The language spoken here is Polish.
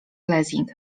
lessing